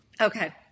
Okay